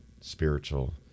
spiritual